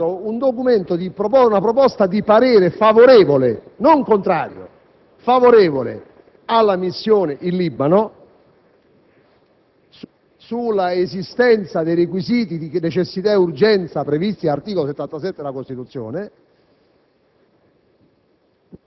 ha presentato una proposta di parere favorevole - non contrario - alla missione in Libano sull'esistenza dei requisiti di necessità ed urgenza previsti dall'articolo 77 della Costituzione,